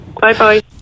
Bye-bye